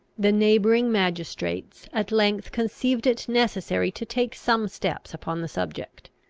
the neighbouring magistrates at length conceived it necessary to take some steps upon the subject.